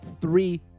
three